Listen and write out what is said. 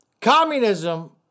Communism